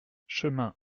chemin